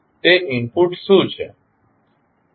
તે ઇનપુટ્સ શું છે